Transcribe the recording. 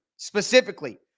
specifically